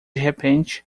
repente